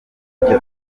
ntacyo